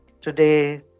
today